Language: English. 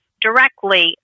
directly